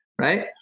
right